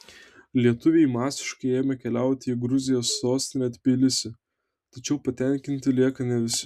lietuviai masiškai ėmė keliauti į gruzijos sostinę tbilisį tačiau patenkinti lieka ne visi